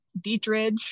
Dietrich